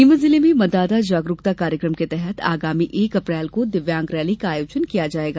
नीमच जिले में मतदाता जागरूकता कार्यक्रम के तहत आगामी एक अप्रैल को दिव्यांग रैली का आयोजन किया जाएगा